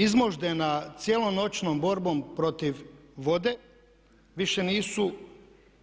Izmoždena cijelonoćnom borbom protiv vode više nisu,